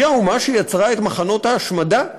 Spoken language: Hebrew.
היא האומה שיצרה את מחנות ההשמדה?